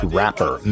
rapper